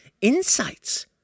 insights